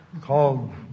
called